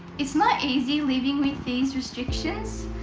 it's not easy living with these restrictions,